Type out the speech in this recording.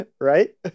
Right